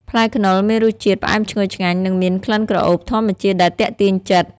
ផ្លែខ្នុរមានរសជាតិ ផ្អែមឈ្ងុយឆ្ងាញ់ និងមាន ក្លិនក្រអូប ធម្មជាតិដែលទាក់ទាញចិត្ត។